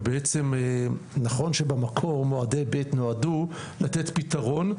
בעצם נכון שבמקור מועדי ב' נועדו לתת פתרון,